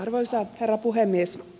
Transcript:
arvoisa herra puhemies